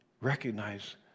recognize